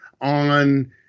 on